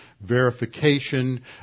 verification